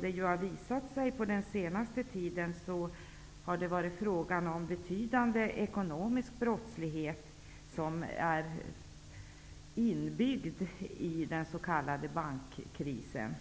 Det har ju också under den senaste tiden visat sig att en betydande ekonomisk brottslighet är inbyggd i den s.k. bankkrisen.